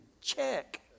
check